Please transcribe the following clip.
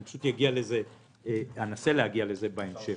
אני פשוט אנסה להגיע לזה בהמשך.